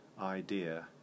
idea